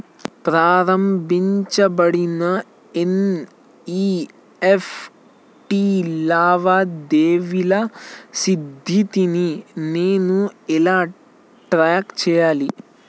ప్రారంభించబడిన ఎన్.ఇ.ఎఫ్.టి లావాదేవీల స్థితిని నేను ఎలా ట్రాక్ చేయాలి?